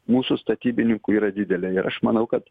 mūsų statybininkų yra didelė ir aš manau kad